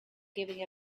giving